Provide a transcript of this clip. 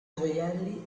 gioielli